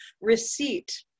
receipt